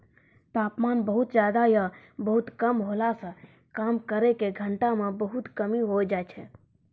तापमान बहुत ज्यादा या बहुत कम होला सॅ काम करै के घंटा म बहुत कमी होय जाय छै